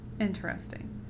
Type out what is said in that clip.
Interesting